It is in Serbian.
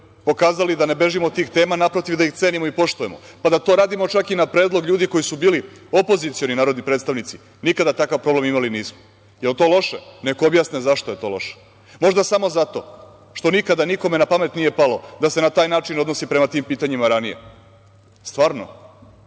pokazali da ne bežimo od tih tema, naprotiv, da ih cenimo i poštujemo, pa da to radimo čak i na predlog ljudi koji su bili opozicioni narodni predstavnici. Nikada takav problem imali nismo. Je li to loše? Nek objasne zašto je to loše. Možda samo zato što nikada nikome na pamet nije palo da se na taj način odnosi prema tim pitanjima ranije. Stvarno?